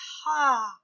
Ha